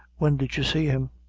when did you see him?